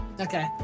Okay